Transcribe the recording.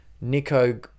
Nico